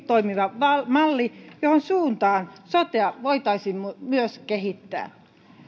toimiva malli johon suuntaan sotea voitaisiin myös kehittää